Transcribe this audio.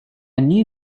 new